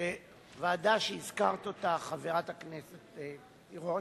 ועדה שהזכרת אותה, חברת הכנסת תירוש,